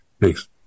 Thanks